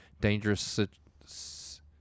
dangerous